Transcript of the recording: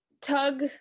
tug